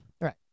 Right